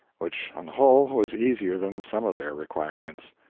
which, on the whole, was easier than some of their requirements.